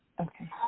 Okay